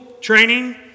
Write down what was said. training